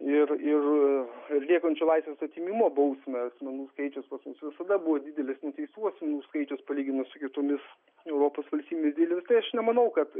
ir ir atliekančių laisvės atėmimo bausmę asmenų skaičius pas mus visada buvo didelis nuteistų asmenų skaičius palyginus su kitomis europos valstybėmis didelis tai aš nemanau kad